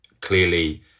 Clearly